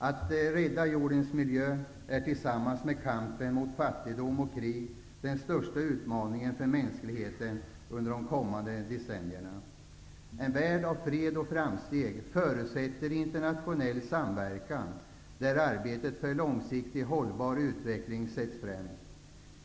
Att rädda jordens miljö är tillsammans med kampen mot fattigdom ock krig den största utmaningen för mänskligheten under de kommande decennierna. En värld av fred och framsteg förutsätter internationell samverkan, där arbetet för långsiktig hållbar utveckling sätts främst.